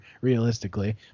realistically